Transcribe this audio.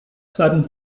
sudden